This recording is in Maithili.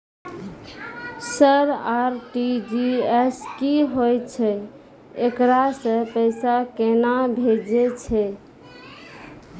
सर आर.टी.जी.एस की होय छै, एकरा से पैसा केना भेजै छै?